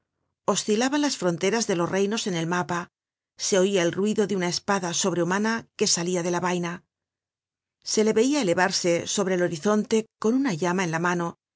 oscilaban las fronteras de los reinos en el mapa se oia el ruido de una espada sobrehumana que salia de la vaina se le veia elevarse sobre el horizonte con una llama en la mano